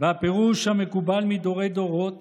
והפירוש המקובל מדורי-דורות